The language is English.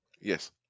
Yes